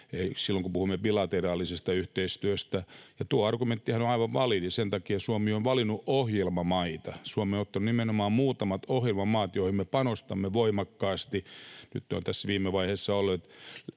silloin, kun puhumme bilateraalisesta yhteistyöstä, ja tuo argumenttihan on aivan validi. Sen takia Suomi on valinnut ohjelmamaita. Suomi on ottanut nimenomaan muutamat ohjelmamaat, joihin me panostamme voimakkaasti. Nyt ne ovat tässä viime vaiheessa olleet